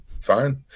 fine